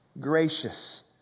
gracious